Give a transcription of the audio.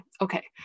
okay